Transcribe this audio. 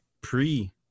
pre